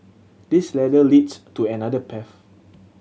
this ladder leads to another path